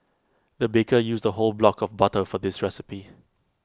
the baker used A whole block of butter for this recipe